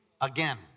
again